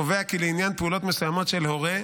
קובע כי לעניין פעולות מסוימות של הורה,